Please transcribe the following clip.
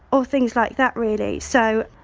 all things like that really. so,